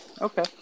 Okay